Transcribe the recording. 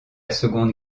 seconde